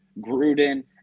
Gruden